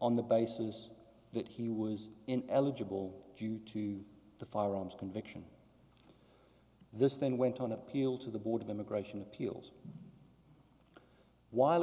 on the basis that he was in eligible due to the firearms conviction this then went on appeal to the board of immigration appeals while